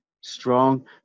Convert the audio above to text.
strong